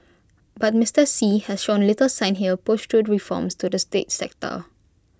but Mister Xi has shown little sign he'll push through reforms to the state sector